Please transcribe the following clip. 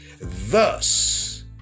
Thus